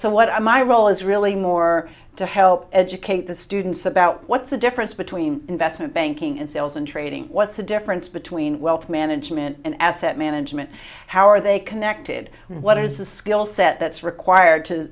what's what are my role is really more to help educate the students about what's the difference between investment banking and sales and trading what's the difference between wealth management and asset management how are they connected and what is the skill set that's required to